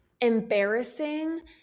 embarrassing